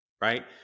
Right